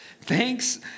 Thanks